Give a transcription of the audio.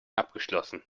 abgeschlossen